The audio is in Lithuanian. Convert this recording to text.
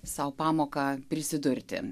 sau pamoką prisidurti